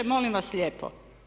Molim vas lijepo.